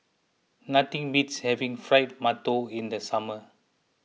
nothing Beats having Fried Mantou in the summer